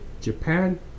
Japan